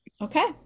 Okay